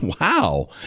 wow